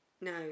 no